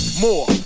more